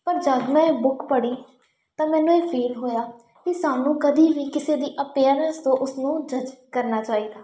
ਪਰ ਜਦੋਂ ਮੈਂ ਇਹ ਬੁੱਕ ਪੜ੍ਹੀ ਤਾਂ ਮੈਨੂੰ ਇਹ ਫੀਲ ਹੋਇਆ ਵੀ ਸਾਨੂੰ ਕਦੀ ਵੀ ਕਿਸੇ ਦੀ ਅਪੀਅਰੈਂਸ ਤੋਂ ਉਸਨੂੰ ਜੱਜ ਕਰਨਾ ਚਾਹੀਦਾ